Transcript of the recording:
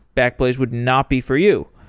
backblaze would not be for you.